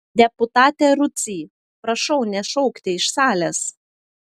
deputate rudzy prašau nešaukti iš salės